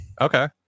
Okay